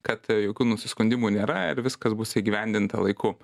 kad jokių nusiskundimų nėra ir viskas bus įgyvendinta laiku